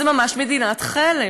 זו ממש מדינת חלם.